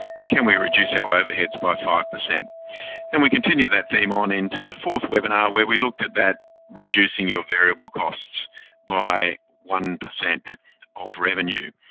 and can we reduce our overheads by five? and we continue that theme on into the fourth webinar where we looked at that reducing your variable costs by one percent of revenue.